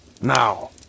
Now